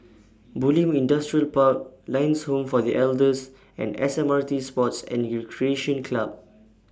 Bulim Industrial Park Lions Home For The Elders and S M R T Sports and Recreation Club